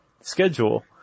schedule